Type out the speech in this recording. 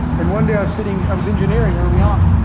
and one day, i was sitting, i was engineering early on,